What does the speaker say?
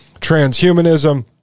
transhumanism